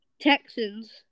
Texans